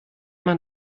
man